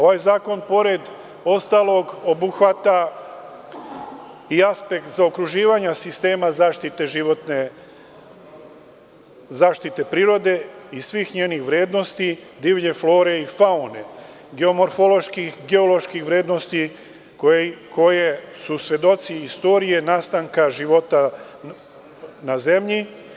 Ovaj zakon pored ostalog obuhvata i aspekt zaokruživanja sistema zaštite životne sredine, zaštite prirode i svih njenih vrednosti, divlje flore i faune, geomorfoloških, geoloških vrednosti koje su svedoci istorije nastanka života na zemlji.